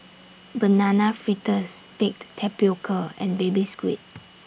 Banana Fritters Baked Tapioca and Baby Squid